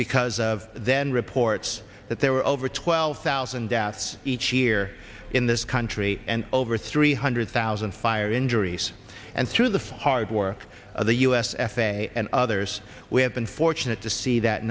because of then reports that there were over twelve thousand deaths each year in this country and over three hundred thousand fire injuries and through the hard work of the u s f a a and others we have been fortunate to see that